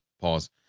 Pause